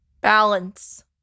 Balance